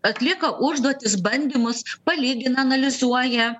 atlieka užduotis bandymus palygina analizuoja